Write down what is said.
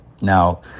now